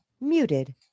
Muted